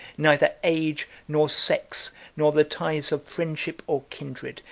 neither age, nor sex, nor the ties of friendship or kindred,